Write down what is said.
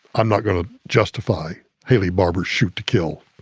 i'm not going to justify haley barbour shoot to kill.